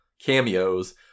cameos